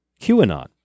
QAnon